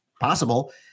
possible